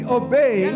obey